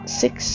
six